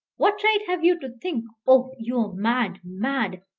what right have you to think? oh, you are mad mad!